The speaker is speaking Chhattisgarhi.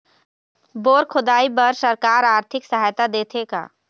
बोर खोदाई बर सरकार आरथिक सहायता देथे का?